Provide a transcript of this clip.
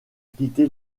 quitté